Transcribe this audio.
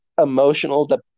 emotional